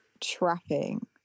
trapping